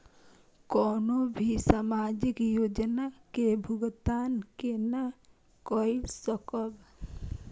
कोनो भी सामाजिक योजना के भुगतान केना कई सकब?